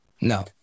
No